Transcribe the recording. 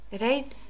right